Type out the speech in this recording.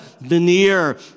veneer